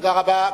תודה רבה.